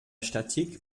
statik